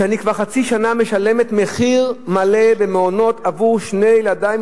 שכבר חצי שנה משלמת מחיר מלא במעונות עבור שני ילדי.